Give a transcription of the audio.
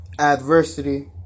Adversity